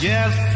Yes